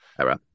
era